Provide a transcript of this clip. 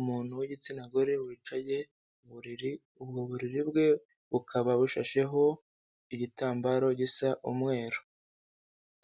Umuntu w'igitsina gore wicaye mu buriri, ubwo buriri bwe bukaba bushasheho igitambaro gisa umweru,